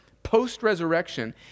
post-resurrection